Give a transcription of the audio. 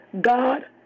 God